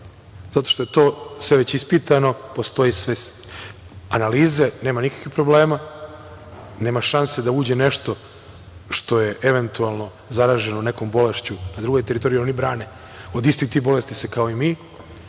zato što je to sve već ispitano, postoje sve analize, nema nikakvih problema, nema šanse da uđe nešto što je eventualno zaraženo nekom bolešću, a na drugoj teritoriji oni brane od istih tih bolesti se kao i mi